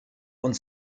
und